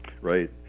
Right